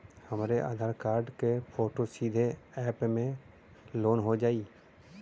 हमरे आधार कार्ड क फोटो सीधे यैप में लोनहो जाई?